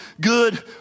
good